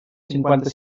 cinquanta